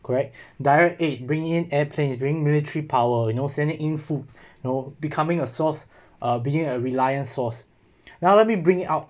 correct direct eight bring in air planes during military power you know sending in food no becoming a source uh being a reliance source now let me bring out